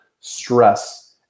stress